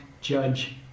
judge